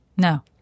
No